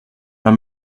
pas